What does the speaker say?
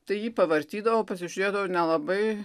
tai jį pavartydavo pasižiūrėdavo nelabai